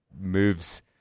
moves